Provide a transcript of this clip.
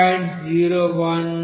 012t tT-T00